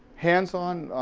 hands-on,